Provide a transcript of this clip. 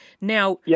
Now